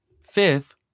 Fifth